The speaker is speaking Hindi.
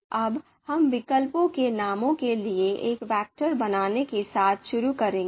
अब हम विकल्पों के नामों के लिए एक वेक्टर बनाने के साथ शुरू करेंगे